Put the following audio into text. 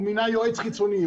הוא מינה יועץ חיצוני,